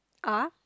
ah